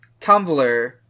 Tumblr